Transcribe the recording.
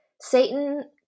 satan